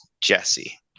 jesse